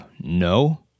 No